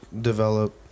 develop